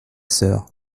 sœur